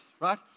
right